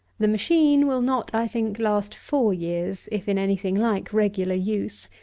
the machine will not, i think, last four years, if in any thing like regular use.